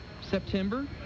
September